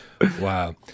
wow